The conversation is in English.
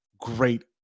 Great